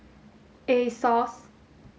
Asos